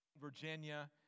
Virginia